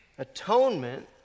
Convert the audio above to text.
Atonement